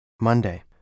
Monday